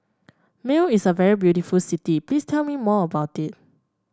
Male is a very beautiful city please tell me more about it